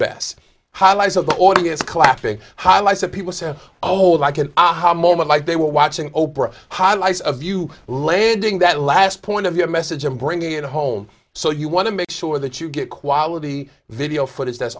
best highlights of the audience clapping highlights of people say oh i can aha moment like they were watching oprah highlights of you landing that last point of your message and bringing it home so you want to make sure that you get quality video footage that's